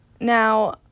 Now